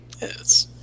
Yes